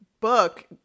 book